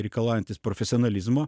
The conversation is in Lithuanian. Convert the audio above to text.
reikalaujantis profesionalizmo